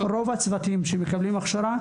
רוב הצוותים שמקבלים הכשרה,